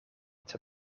het